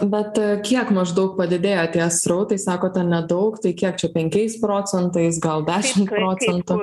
bet kiek maždaug padidėjo tie srautai sakote nedaug tai kiek čia penkiais procentais gal dešim procentų